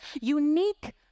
unique